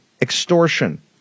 extortion